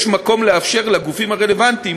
יש מקום לאפשר לגופים הרלוונטיים,